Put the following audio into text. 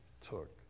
took